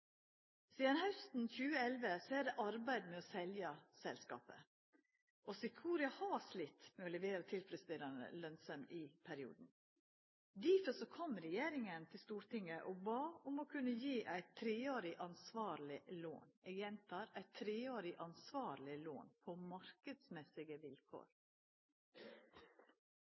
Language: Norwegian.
Sidan hausten 2011 er det arbeidd med å selja selskapet, og Secora har slite med å levera tilfredsstillande lønsemd i perioden. Derfor kom regjeringa til Stortinget og bad om å kunna gje eit treårig ansvarleg lån – eg gjentar: treårig ansvarleg lån – på marknadsmessige vilkår.